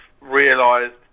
realised